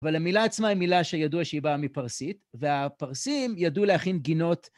אבל המילה עצמה היא מילה שידוע שהיא באה מפרסית, והפרסים ידעו להכין גינות.